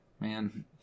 man